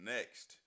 Next